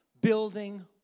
building